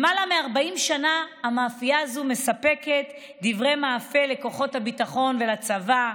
למעלה מ-40 שנה המאפייה הזאת מספקת דברי מאפה לכוחות הביטחון ולצבא.